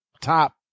top